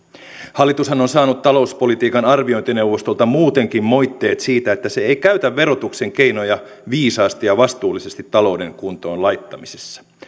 hallitushan on saanut talouspolitiikan arviointineuvostolta muutenkin moitteet siitä että se ei käytä verotuksen keinoja viisaasti ja vastuullisesti talouden kuntoon laittamisessa